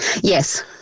Yes